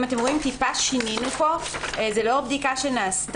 אם אתם רואים, מעט שינינו פה לאור בדיקה שנעשתה.